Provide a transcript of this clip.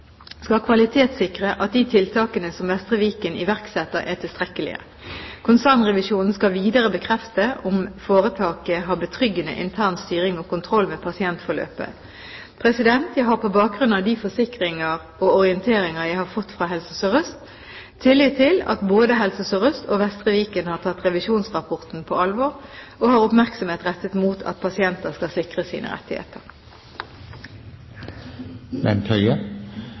skal kvalitetssikre at de tiltakene som Vestre Viken iverksetter, er tilstrekkelige. Konsernrevisjonen skal videre bekrefte om foretaket har betryggende intern styring og kontroll med pasientforløpene. Jeg har på bakgrunn av de forsikringer og orienteringer jeg har fått fra Helse Sør-Øst, tillit til at både Helse SørØst og Vestre Viken har tatt revisjonsrapporten på alvor og har oppmerksomhet rettet mot at pasienter skal sikres sine